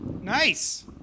Nice